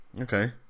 okay